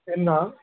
టెన్నా